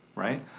right?